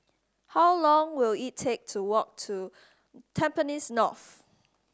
how long will it take to walk to Tampines North